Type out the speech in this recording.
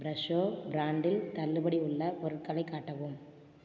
ப்ரெஷோ பிரான்டில் தள்ளுபடி உள்ள பொருட்களை காட்டவும்